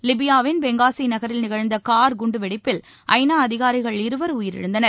லிபியாவின் Benghazi நகரில் நிகழ்ந்த car குண்டுவெடிப்பில் ஐ நா அதிகாரிகள் இருவர் உயிரிழந்தனர்